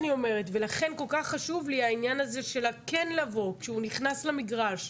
לכן כל כך חשוב לי העניין הזה של כן לבוא כשהוא נכנס למגרש,